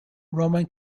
roman